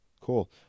cool